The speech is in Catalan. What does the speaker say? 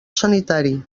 sanitari